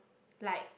like